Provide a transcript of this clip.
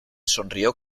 sonrió